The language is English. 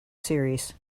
series